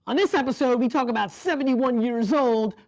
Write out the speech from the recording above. on this episode, we talk about seventy one years old,